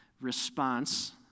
response